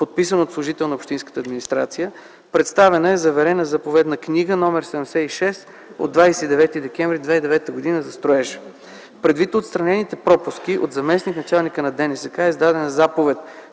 подписан от служител на общинската администрация. Представена е заверена заповедна книга № 76 от 29 декември 2009 г. за строеж. Предвид отстранените пропуски от заместник-началника на ДНСК е издадена заповед